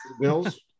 Bills